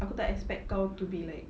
aku tak expect kau to be like